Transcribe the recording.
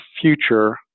future